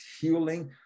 healing